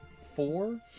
four